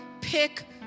pick